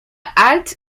halte